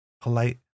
polite